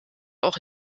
auch